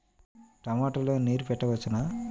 టమాట లో నీరు పెట్టవచ్చునా?